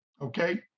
okay